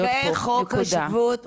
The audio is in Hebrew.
זכאי חוק השבות,